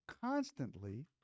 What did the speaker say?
constantly